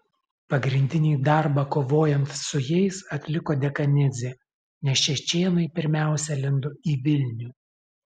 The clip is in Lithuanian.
pagrindinį darbą kovojant su jais atliko dekanidzė nes čečėnai pirmiausia lindo į vilnių